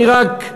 אני רק,